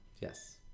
yes